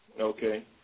Okay